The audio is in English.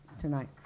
tonight